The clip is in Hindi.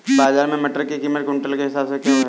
बाजार में मटर की कीमत क्विंटल के हिसाब से क्यो है?